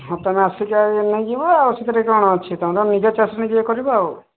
ହଁ ତୁମେ ଆସିକି ନେଇଯିବ ଆଉ ସେଥିରେ କ'ଣ ଅଛି ତୁମେ ତ ନିଜ ଚଏସ୍ ନିଜେ କରିବ ଆଉ